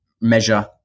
measure